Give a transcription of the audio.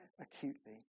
acutely